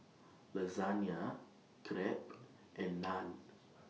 Lasagne Crepe and Naan